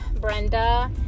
Brenda